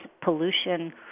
pollution